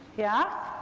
yeah,